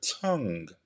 tongue